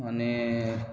आनी